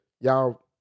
y'all